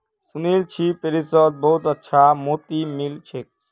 सुनील छि पेरिसत बहुत अच्छा मोति मिल छेक